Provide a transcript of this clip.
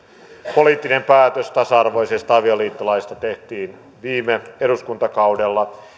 poliittinen päätös tasa arvoisesta avioliittolaista tehtiin viime eduskuntakaudella